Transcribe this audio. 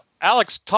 Alex